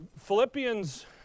Philippians